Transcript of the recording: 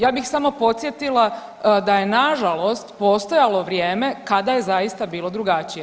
Ja bih samo podsjetila da je na žalost postojalo vrijeme kada je zaista bilo drugačije.